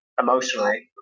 emotionally